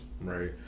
Right